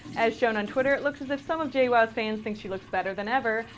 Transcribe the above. as shown on twitter, it looks as if some of jwoww's fans think she looks better than ever,